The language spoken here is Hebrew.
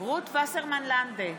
רות וסרמן לנדה,